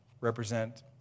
represent